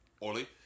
Oli